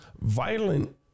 violent